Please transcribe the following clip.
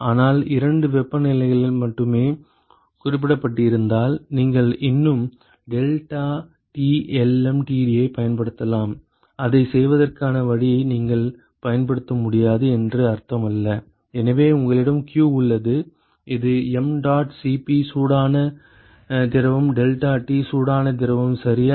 ஆனால் இரண்டு வெப்பநிலைகள் மட்டுமே குறிப்பிடப்பட்டிருந்தால் நீங்கள் இன்னும் deltaTlmtd ஐப் பயன்படுத்தலாம் அதைச் செய்வதற்கான வழியை நீங்கள் பயன்படுத்த முடியாது என்று அர்த்தமல்ல எனவே உங்களிடம் q உள்ளது அது mdot Cp சூடான திரவம் deltaT சூடான திரவம் சரியா